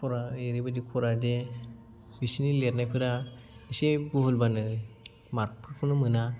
खरा ओरैबायदि खरा दे बिसोरनि लिरनायफोरा एसे भुलबानो मार्कफोरखौनो मोना